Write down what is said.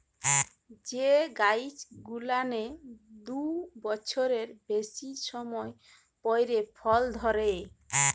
যে গাইছ গুলানের দু বচ্ছরের বেইসি সময় পইরে ফল ধইরে